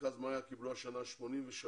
מרכז 'מאיה' קיבלו השנה 82,943,